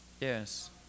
Yes